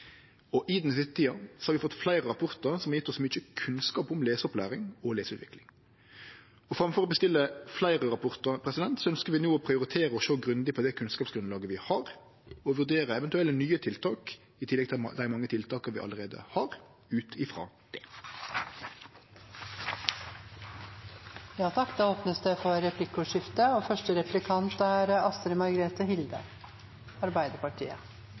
I den siste tida har vi fått fleire rapportar som har gjeve oss mykje kunnskap om leseopplæring og leseutvikling. Framfor å bestille fleire rapportar ønskjer vi no å prioritere og sjå grundig på det kunnskapsgrunnlaget vi har, og vurdere eventuelle nye tiltak – i tillegg til dei mange tiltaka vi allereie har – ut frå det. Det blir replikkordskifte. Lesing av er all lærings mor, heter det.